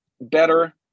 better